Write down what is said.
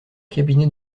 cabinet